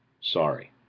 Sorry